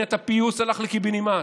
קבינט הפיוס הלך לקיבינימט.